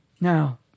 Now